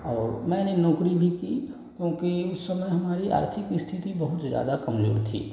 और मैंने नौकरी भी की क्योंकि उस समय हमारी आर्थिक स्थिति बहुत ज़्यादा कमज़ोर थी